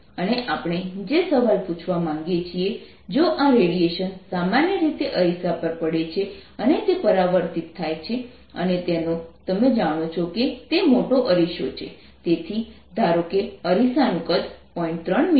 અને આપણે જે સવાલ પૂછવા માગીએ છીએ જો આ રેડીયેશન સામાન્ય રીતે અરીસા પર પડે છે અને તે પરાવર્તિત થાય છે અને તો તમે જાણો છો કે તે મોટો અરીસો છે તેથી ધારો કે અરીસાનું કદ 0